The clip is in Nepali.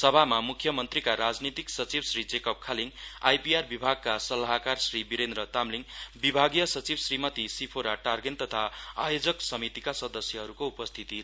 सभामा म्ख्यमन्त्रीका राजनीतिक सचिव श्री जेकव खालीङ आइपिआर विभागका सल्लाहकार श्री विरेन्द्र तामलिङ विभागीय सचिव श्रीमती सिफोरा टार्गेन तथा आयोजक समितिका सदस्यहरूको उपस्थिति थियो